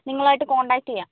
നിങ്ങളുമായിട്ട് കോൺടാക്ട് ചെയ്യാം